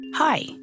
Hi